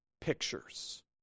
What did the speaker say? pictures